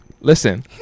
Listen